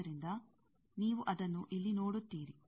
ಆದ್ದರಿಂದ ನೀವು ಅದನ್ನು ಇಲ್ಲಿ ನೋಡುತ್ತೀರಿ